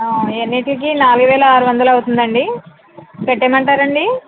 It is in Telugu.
ఇవన్నిటికీ నాలుగు వేల ఆరు వందలు అవుతుందండి కట్టేయమంటారాండి